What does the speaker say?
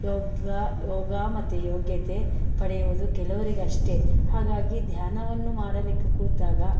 ಯೋಗ ಯೋಗ ಮತ್ತೆ ಯೋಗ್ಯತೆ ಪಡೆಯುವುದು ಕೆಲವರಿಗಷ್ಟೇ ಹಾಗಾಗಿ ಧ್ಯಾನವನ್ನು ಮಾಡಲಿಕ್ಕೆ ಕೂತಾಗ